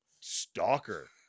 stalker